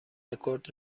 رکورد